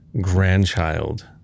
Grandchild